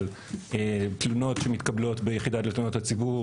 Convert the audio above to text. על תלונות שמתקבלות ביחידת לתלונות הציבור,